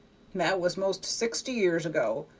that was most sixty year ago,